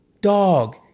dog